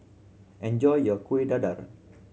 enjoy your Kueh Dadar